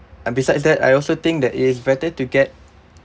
and besides that I also think that it is better to get